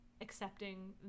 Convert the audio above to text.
accepting